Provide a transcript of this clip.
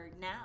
now